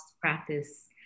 practice